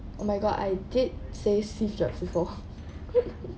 oh my god I did says steve jobs before